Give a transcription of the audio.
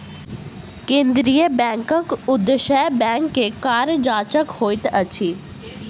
केंद्रीय बैंकक उदेश्य बैंक के कार्य जांचक होइत अछि